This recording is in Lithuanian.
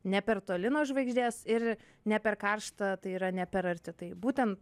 ne per toli nuo žvaigždės ir ne per karšta tai yra ne per arti tai būten